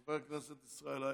חבר הכנסת ישראל אייכלר.